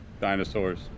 dinosaurs